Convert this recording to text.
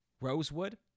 Rosewood